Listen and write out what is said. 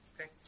Okay